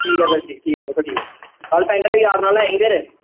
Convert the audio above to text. ਠੀਕ ਹੈ ਸਰ ਜੀ ਠੀਕ ਆ ਪੁੱਤਰ ਠੀਕ ਆ ਕੱਲ੍ਹ ਪੈਨ ਡਰਾਈਵ ਯਾਦ ਨਾਲ ਲੈ ਆਈ ਫਿਰ